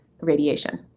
radiation